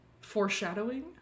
Foreshadowing